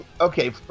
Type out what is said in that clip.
okay